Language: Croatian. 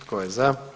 Tko je za?